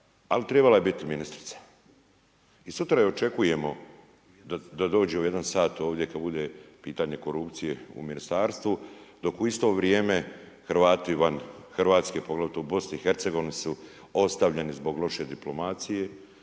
ali trebala je biti ministrica. I sutra je očekujemo da dođe u 13h ovdje kada bude pitanje korupcije u ministarstvu dok u isto vrijeme Hrvati van Hrvatske poglavito u BiH-a su ostavljeni zbog loše diplomacije,